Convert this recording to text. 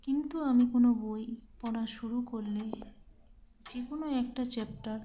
কিন্তু আমি কোনো বই পড়া শুরু করলে যে কোনো একটা চ্যাপ্টার